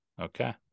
Okay